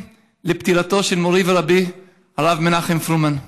לפטירתו של מורי ורבי הרב מנחם פרומן,